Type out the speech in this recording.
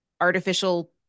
artificial